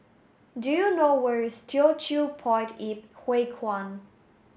do you know where is Teochew Poit Ip Huay Kuan